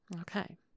Okay